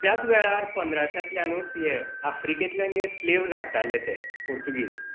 त्याच वेळार पंद्राश्यातल्यानूच हें आफ्रिकेंतल्यान स्लेवज हाडटाले ते पुर्तुगीज